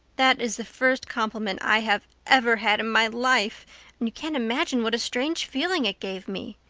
that is the first compliment i have ever had in my life and you can't imagine what a strange feeling it gave me.